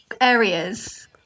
areas